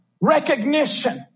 recognition